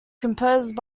composed